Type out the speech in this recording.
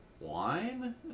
wine